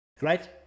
right